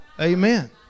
Amen